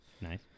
Nice